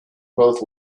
both